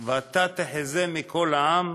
"ואתה תחזה מכל העם